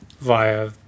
via